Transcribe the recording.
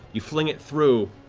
you fling it through,